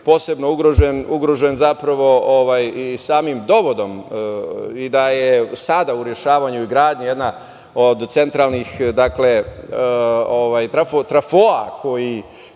posebno ugrožen zapravo i samim dovodom i da je sada u rešavanju i gradnji jedna od centralnih trafoa koji